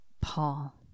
Paul